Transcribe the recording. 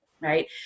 Right